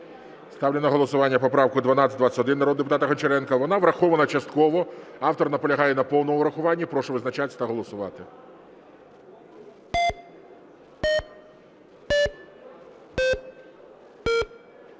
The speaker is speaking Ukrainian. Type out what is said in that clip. Ставлю на голосування поправку 1221 народного депутата Гончаренка. Вона врахована частково. Автор наполягає на повному врахуванні. Прошу визначатись та голосувати.